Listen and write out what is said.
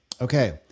Okay